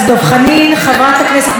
חברת הכנסת מיכל רוזין,